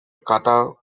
kata